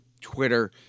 Twitter